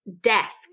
desk